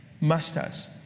Masters